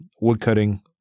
woodcutting